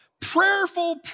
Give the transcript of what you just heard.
prayerful